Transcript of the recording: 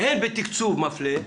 הן בתקצוב מפלה,